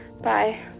Bye